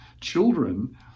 children